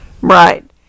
Right